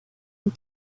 and